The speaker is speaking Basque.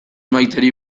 maiteri